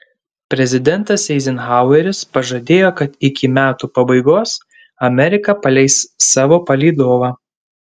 prezidentas eizenhaueris pažadėjo kad iki metų pabaigos amerika paleis savo palydovą